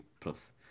plus